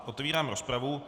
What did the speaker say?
Otevírám rozpravu.